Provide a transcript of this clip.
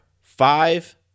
five